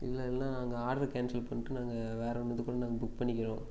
இல்லைன்னா நாங்கள் order cancel பண்ணிவிட்டு நாங்கள் வேறு ஒன்றுத்துக்கு ஒன்று புக் பண்ணிக்கிறோம்